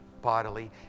bodily